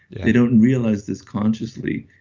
they don't realize this consciously.